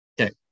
okay